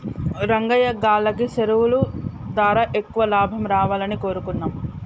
రంగయ్యా గాల్లకి సెరువులు దారా ఎక్కువ లాభం రావాలని కోరుకుందాం